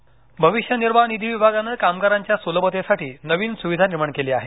UAN number भविष्यनिवार्ह निधी विभागानं कामगारांच्यासुलभतेसाठी नवीन सुविधा निर्माण केली हे